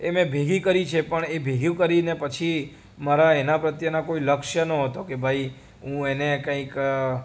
એ મેં ભેગી કરી છે પણ એ ભેગી કરીને પછી મારા એના પ્રત્યેનાં કોઇ લક્ષ્ય ન હતો કે ભાઈ હું એને કંઈક